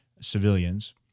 civilians